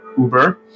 Uber